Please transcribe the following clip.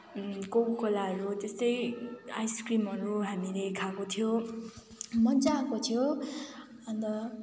कोकाकोलाहरू त्यस्तै आइसक्रिमहरू हामीले खाएको थियो मज्जा आएको थियो अन्त